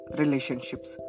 relationships